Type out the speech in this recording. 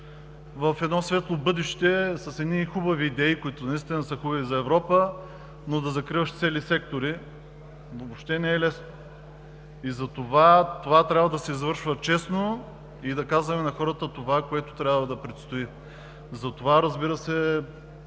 в едно светло бъдеще с едни хубави идеи, които наистина са хубави за Европа, но да закриваш цели сектори. Въобще не е лесно! Затова трябва да се извършва честно и да казваме на хората това, което трябва да предстои. Разбира се,